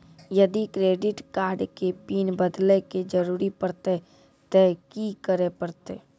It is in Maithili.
यदि क्रेडिट कार्ड के पिन बदले के जरूरी परतै ते की करे परतै?